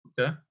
Okay